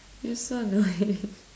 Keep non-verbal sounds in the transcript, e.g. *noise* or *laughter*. you're so annoying *laughs*